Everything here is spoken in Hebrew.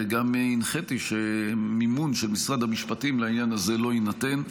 וגם הנחיתי שמימון של משרד המשפטים לעניין הזה לא יינתן,